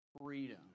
freedom